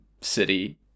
city